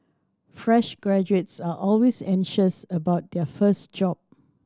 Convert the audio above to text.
fresh graduates are always anxious about their first job